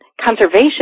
conservation